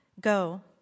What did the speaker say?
Go